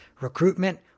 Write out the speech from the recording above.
recruitment